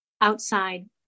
outside